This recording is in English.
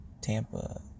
Tampa